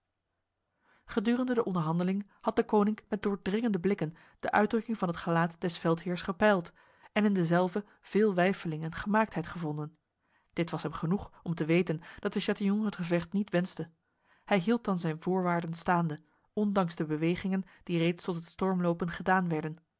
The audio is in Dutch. gedurende de onderhandeling had deconinck met doordringende blikken de uitdrukking van het gelaat des veldheers gepeild en in dezelve veel weifeling en gemaaktheid gevonden dit was hem genoeg om te weten dat de chatillon het gevecht niet wenste hij hield dan zijn voorwaarden staande ondanks de bewegingen die reeds tot het stormlopen gedaan werden